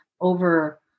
over